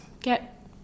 get